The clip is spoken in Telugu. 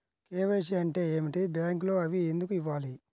కే.వై.సి అంటే ఏమిటి? బ్యాంకులో అవి ఎందుకు ఇవ్వాలి?